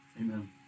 Amen